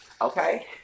okay